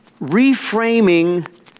Reframing